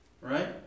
right